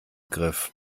griff